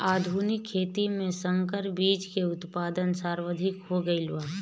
आधुनिक खेती में संकर बीज के उत्पादन सर्वाधिक हो गईल बा